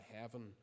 heaven